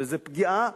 וזו פגיעה